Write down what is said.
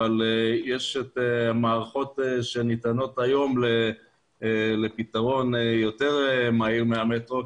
אבל יש מערכות שניתנות היום לפתרון יותר מהיר מאשר המטרו,